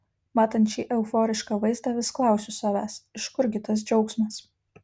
matant šį euforišką vaizdą vis klausiau savęs iš kur gi tas džiaugsmas